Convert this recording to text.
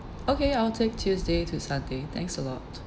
okay I'll take tuesday to sunday thanks a lot